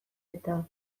eta